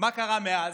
מה קרה מאז?